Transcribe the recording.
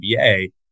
NBA